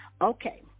Okay